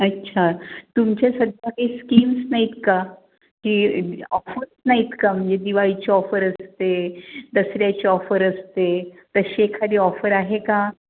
अच्छा तुमच्या सध्या काही स्कीम्स नाही आहेत का की ऑफर्स नाही आहेत का म्हणजे दिवाळीचे ऑफर असते दसऱ्याचे ऑफर असते तशी एखादी ऑफर आहे का